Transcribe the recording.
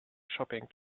shopping